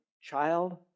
child